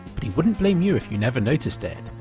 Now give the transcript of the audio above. but he wouldn't blame you if you never noticed it.